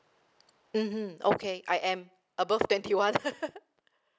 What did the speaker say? mmhmm okay I am above twenty one